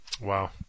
Wow